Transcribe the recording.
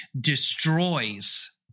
destroys